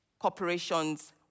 corporations